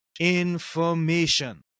information